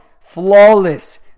flawless